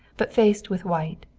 but faced with white.